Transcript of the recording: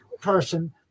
person